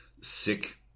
sick